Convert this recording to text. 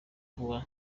vuba